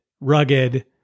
rugged